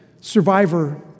survivor